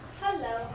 Hello